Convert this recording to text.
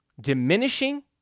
diminishing